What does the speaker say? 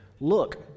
Look